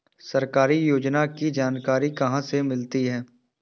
सरकारी योजनाओं की जानकारी कहाँ से मिलती है?